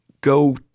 go